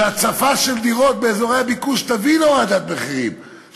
והצפה של דירות באזורי הביקוש תביא להורדת מחירים,